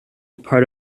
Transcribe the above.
part